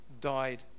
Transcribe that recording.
died